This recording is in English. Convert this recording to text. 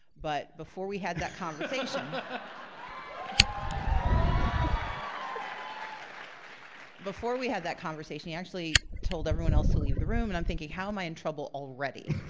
but before we had that conversation. um before we had that conversation he actually told everyone else to leave the room, and i'm thinking, how am i in trouble already?